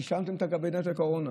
האשמתם את קבינט הקורונה,